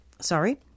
Sorry